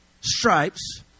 stripes